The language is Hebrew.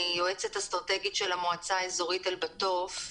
אני יועצת אסטרטגית של המועצה האזורית אל-בטוף.